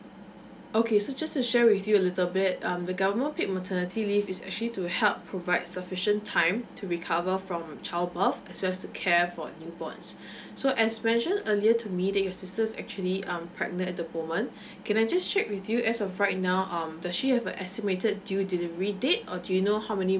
okay so just to share with you a little bit um the government paid maternity leave is actually to help provide sufficient time to recover from child birth as well as to care for new borns so as mentioned earlier to me that your sisters actually um pregnant at the moment can I just check with you as of right now um does she have a estimated due delivery date or do you know how many